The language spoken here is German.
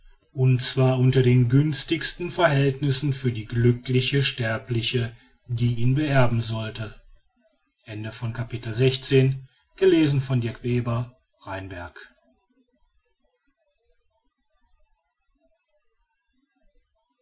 und zwar unter den günstigsten verhältnissen für die glückliche sterbliche die ihn beerben sollte